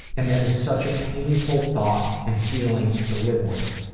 and that is such a painful thought and feeling to live with.